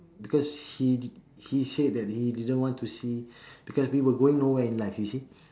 because he he said that he didn't want to see because we were going nowhere in life you see